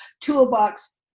toolbox